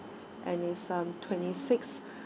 and is uh twenty six